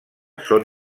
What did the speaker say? són